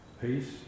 peace